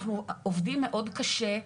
אנחנו עובדים מאוד קשה,